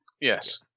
Yes